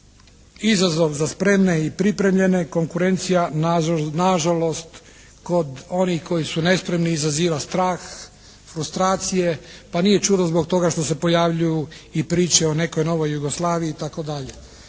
izazov za spremne i pripremljene, konkurencija nažalost kod onih koji su nespremni izaziva strah, frustracije, pa nije čudo zbog toga što se pojavljuju i priče o nekoj novoj Jugoslaviji itd.